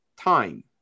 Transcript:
time